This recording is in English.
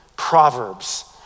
proverbs